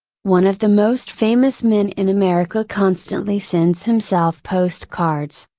one of the most famous men in america constantly sends himself post cards,